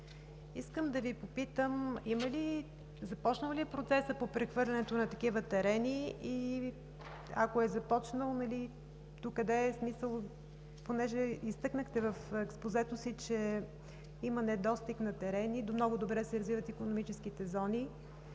Искам да Ви попитам: започнал ли е процесът по прехвърлянето на такива терени и ако е започнал, докъде е? Понеже изтъкнахте в експозето си, че има недостиг на терени и много добре се развиват икономическите зони,